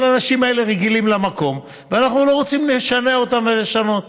אבל האנשים האלה רגילים למקום ואנחנו לא רוצים לשנע אותם ולשנות.